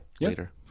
later